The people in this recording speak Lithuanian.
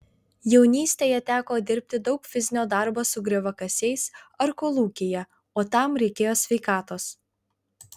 jaunystėje teko dirbti daug fizinio darbo su grioviakasiais ar kolūkyje o tam reikėjo sveikatos